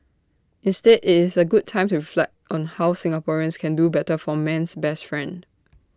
instead IT is A good time to reflect on how Singaporeans can do better for man's best friend